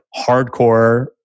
hardcore